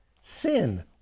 sin